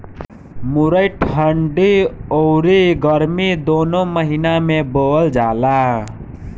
मुरई ठंडी अउरी गरमी दूनो महिना में बोअल जाला